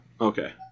okay